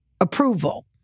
approval